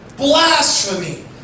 Blasphemy